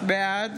בעד